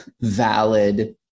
valid